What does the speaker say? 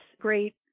great